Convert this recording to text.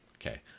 Okay